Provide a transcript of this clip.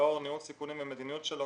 לאור ניהול סיכונים ומדיניות שלו,